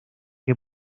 que